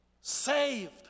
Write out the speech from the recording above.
saved